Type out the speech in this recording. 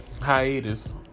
Hiatus